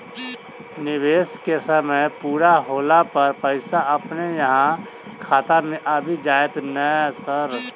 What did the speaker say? निवेश केँ समय पूरा होला पर पैसा अपने अहाँ खाता मे आबि जाइत नै सर?